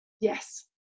Yes